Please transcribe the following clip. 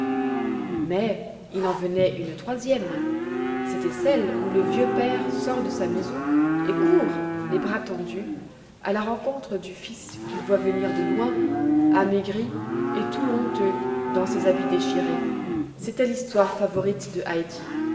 mais il en venait une troisième c'était celle où le vieux père sort de sa maison et court les bras tendus à la rencontre du fils qu'il voit venir de loin amaigri et tout honteux dans ses habits déchirés c'était l'histoire favorite de heidi